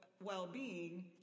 well-being